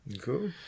Cool